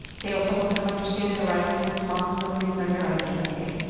they also help them understand their rights and responsibilities under idea.